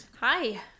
Hi